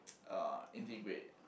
uh integrate